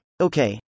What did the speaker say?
Okay